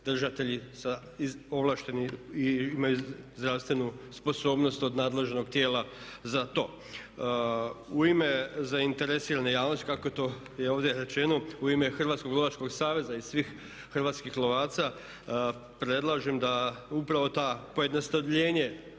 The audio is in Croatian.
držatelji … i imaju zdravstvenu sposobnost od nadležnog tijela za to. U ime zainteresirane javnosti kako je to i ovdje rečeno u ime Hrvatskog lovačkog saveza i svih hrvatskih lovaca predlažem da upravo to pojednostavljenje